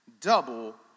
double